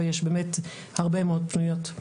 ויש באמת הרבה מאוד פניות.